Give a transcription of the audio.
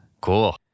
Cool